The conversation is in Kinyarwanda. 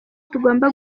tugomba